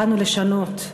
באנו לשנות.